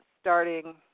starting